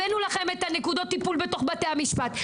הבאנו לכם את נקודות הטיפול בתוך בתי המשפט.